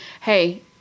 hey